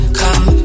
come